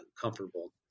comfortable